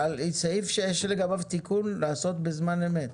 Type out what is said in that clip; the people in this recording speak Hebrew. זה סעיף שאנחנו תיקנו לנוסח אחר.